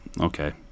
Okay